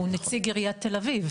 הוא נציג עיריית תל אביב.